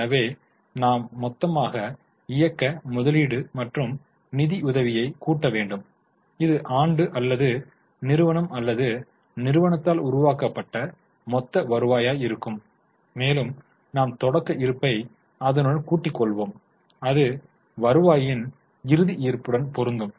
எனவே நாம் மொத்தமாக இயக்க முதலீடு மற்றும் நிதியுதவியை கூட்ட வேண்டும் இது ஆண்டு அல்லது நிறுவனம் அல்லது நிறுவனத்தால் உருவாக்கப்பட்ட மொத்த வருவாய் இருக்கும் மேலும் நாம் தொடக்க இருப்பைச் அதனுடன் கூட்டி கொள்வோம் அது வருவாயின் இறுதி இருப்புடன் பொருந்தும்